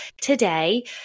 today